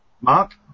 Mark